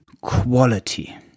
quality